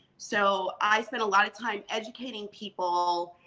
so i spent a lot of time educating people.